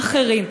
מאכערים,